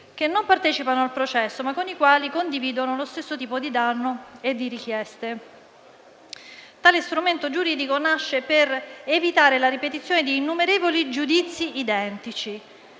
che non partecipano al processo, ma con i quali condividono lo stesso tipo di danno e di richieste. Tale strumento giuridico nasce per evitare la ripetizione di innumerevoli giudizi identici,